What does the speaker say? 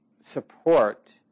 support